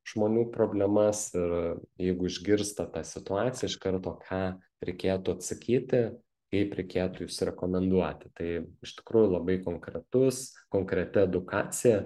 žmonių problemas ir jeigu išgirsta tą situaciją iš karto ką reikėtų atsakyti kaip reikėtų jus rekomenduoti tai iš tikrųjų labai konkretus konkreti edukacija